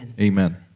Amen